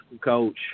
coach